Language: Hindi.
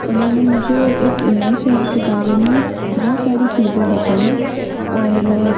उन्होंने मुझे इस नये शहर के बारे में बहुत सारी चीज़ें बताई और